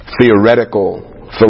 theoretical